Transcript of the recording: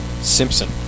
Simpson